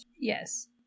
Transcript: Yes